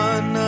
One